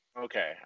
Okay